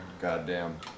Goddamn